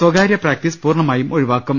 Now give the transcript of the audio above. സ്ഥകാര്യ പ്രാക്ടീസ് പൂർണ്ണ മായും ഒഴിവാക്കും